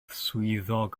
swyddog